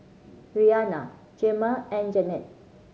Rhianna Gemma and Jeannette